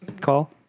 call